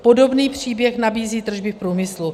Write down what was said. Podobný příběh nabízí tržby v průmyslu.